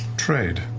trade?